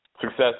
success